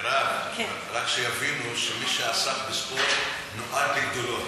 מרב, רק שיבינו שמי שעסק בספורט נועד לגדולות.